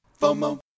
FOMO